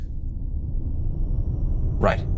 Right